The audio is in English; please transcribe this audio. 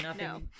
No